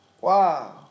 Wow